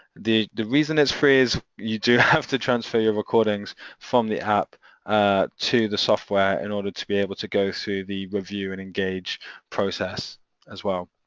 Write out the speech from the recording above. the the reason it's free is you do have to transfer your recordings from the app to the software in order to be able to go through the review and engage process as well.